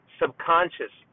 subconscious